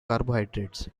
carbohydrates